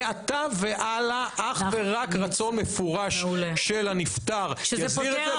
מעתה והלאה אך ורק רצון מפורש של הנפטר יסדיר את זה.